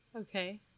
Okay